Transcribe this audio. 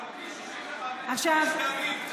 בעשר שנים,